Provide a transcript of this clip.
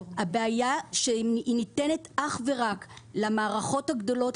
הבעיה שהיא ניתנת אך ורק למערכות הגדולות,